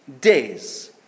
days